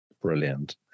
Brilliant